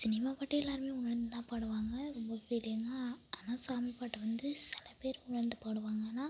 cinema பாட்டு எல்லோருமே உணர்ந்து தான் பாடுவாங்க ரொம்ப ஃபீலிங்காக ஆனால் சாமி பாட்டை வந்து சில பேர் உணர்ந்து பாடுவாங்க ஆனால்